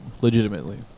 legitimately